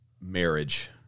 marriage